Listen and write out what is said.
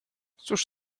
cóż